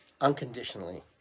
unconditionally